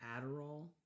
Adderall